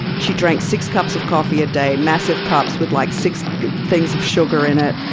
she drank six cups of coffee a day, massive cups, with like six things of sugar in it.